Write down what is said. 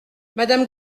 madame